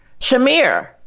Shamir